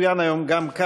הצעות לסדר-היום מס'